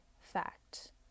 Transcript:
fact